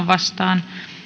vastaan